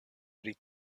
pri